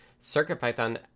CircuitPython